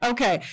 Okay